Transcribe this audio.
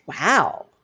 Wow